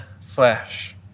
flesh